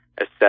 assess